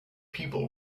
people